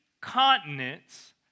continents